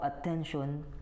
attention